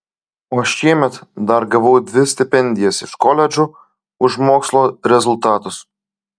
o šiemet dar gavau dvi stipendijas iš koledžo už mokslo rezultatus